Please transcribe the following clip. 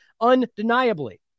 undeniably